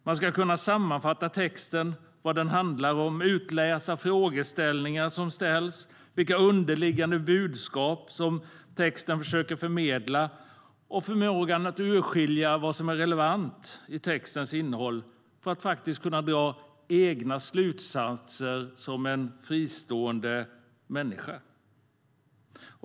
Man ska kunna sammanfatta vad texten handlar om, utläsa frågeställningar som ställs i texten och vilka underliggande budskap texten försöker förmedla och förmå att urskilja vad som är relevant i textens innehåll för att kunna dra egna slutsatser som en fristående människa.